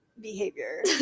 behavior